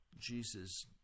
Jesus